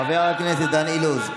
חבר הכנסת דן אילוז,